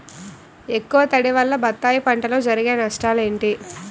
ఎక్కువ తడి వల్ల బత్తాయి పంటలో జరిగే నష్టాలేంటి?